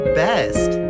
best